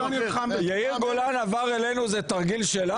יאיר גולן עבר אלינו, זה תרגיל שלנו?